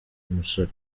umusore